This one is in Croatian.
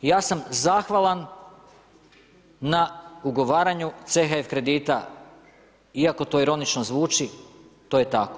Ja sam zahvalan na ugovaranju CHF kredita iako to ironično zvuči to je tako.